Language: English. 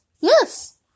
Yes